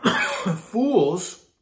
Fools